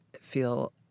feel